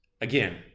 again